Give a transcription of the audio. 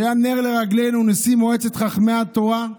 שהיה נר לרגלינו, נשיא מועצת חכמי התורה,